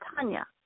Tanya